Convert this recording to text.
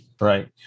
Right